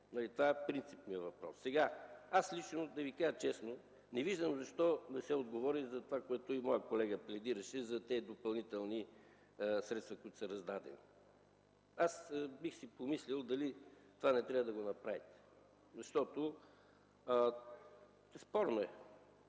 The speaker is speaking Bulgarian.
Това е принципният въпрос. Аз лично, да Ви кажа честно, не виждам защо не се отговори на това, което и моят колега пледираше – за тези допълнителни средства, които са раздадени. Аз бих си помислил дали не трябва да направим това. Спорно е.